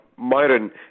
Myron